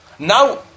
Now